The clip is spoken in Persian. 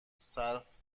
صرف